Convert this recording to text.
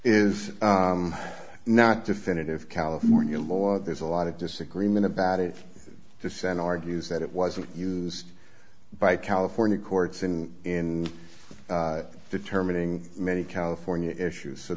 is not definitive california law there's a lot of disagreement about it dissent argues that it wasn't used by california courts in in determining many california issues so